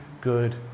good